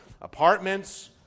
apartments